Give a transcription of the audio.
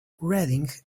reading